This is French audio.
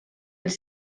elle